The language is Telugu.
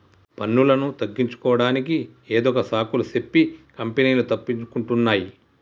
పన్నులను తగ్గించుకోడానికి ఏదొక సాకులు సెప్పి కంపెనీలు తప్పించుకుంటున్నాయ్